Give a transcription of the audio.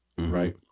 right